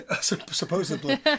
Supposedly